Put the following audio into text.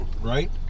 right